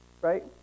right